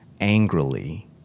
angrily